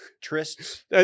trysts